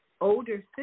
older